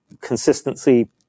consistency